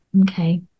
Okay